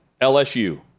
LSU